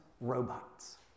robots